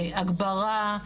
כמו הגברה,